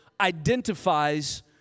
identifies